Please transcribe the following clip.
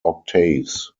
octaves